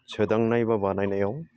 सोदांनाय बा बानायनायाव